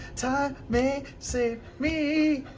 time may save me,